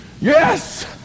Yes